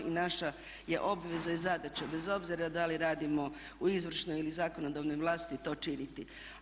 I naša je obveza i zadaća bez obzira da li radimo u izvršnoj ili zakonodavnoj vlasti to činiti.